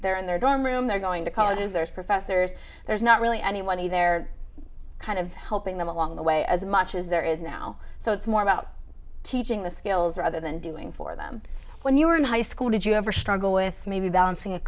they're in their dorm room they're going to colleges there's professors there's not really any money there kind of helping them along the way as much as there is now so it's more about teaching the skills rather than doing for them when you were in high school did you ever struggle with maybe balancing a